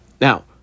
Now